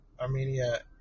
Armenia